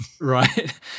Right